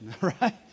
Right